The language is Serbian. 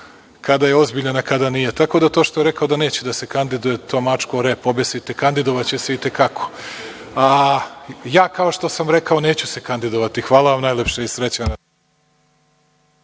kada je ozbiljan, a kada nije. Tako da to što je rekao da neće da se kandiduje, to mačku o rep obesite. Kandidovaće se i te kako. Kao što sam rekao, ja se neću kandidovati. Hvala vam najlepše i srećan